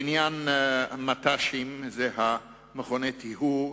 בעניין המט"שים, זה מכוני הטיהור,